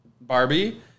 Barbie